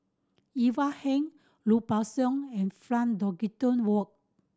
Ivan Heng Lui Pao Chuen and Frank Dorrington Ward